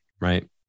right